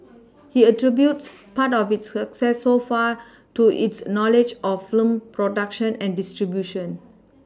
he attributes part of its success so far to his knowledge of film production and distribution